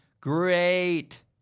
Great